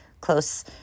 close